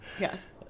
Yes